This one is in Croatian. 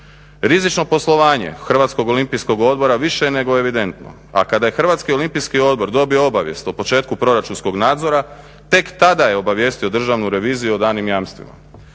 Rizično poslovanje Hrvatskog olimpijskog odbora više je nego evidentno, a kada je Hrvatski olimpijski odbor dobio obavijest o početku proračunskog nadzora tek tada je obavijestio Državnu reviziju o danim jamstvima.